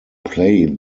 play